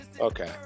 okay